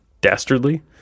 Dastardly